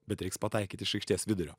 bet reiks pataikyt iš aikštės vidurio